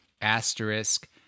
asterisk